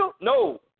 No